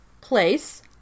place